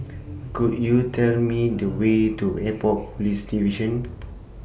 Could YOU Tell Me The Way to Airport Police Division